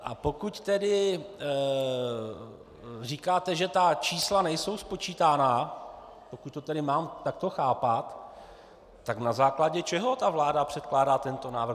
A pokud tedy říkáte, že ta čísla nejsou spočítána, pokud to mám takto chápat, tak na základě čeho vláda předkládá tento návrh?